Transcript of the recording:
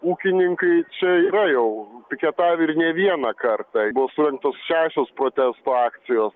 ūkininkai čia yra jau piketavę ir ne vieną kartą buvo surengtos šešios protesto akcijos